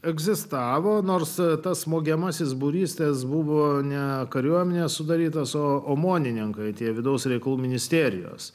egzistavo nors tas smogiamasis būrys tas buvo ne kariuomenės sudarytas su omonininkai tie vidaus reikalų ministerijos